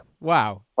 wow